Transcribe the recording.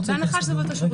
בהנחה שזה באותו שירות.